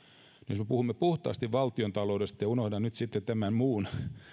jos me puhumme puhtaasti valtiontaloudesta ja unohdan nyt sitten tämän muun